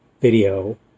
video